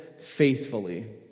faithfully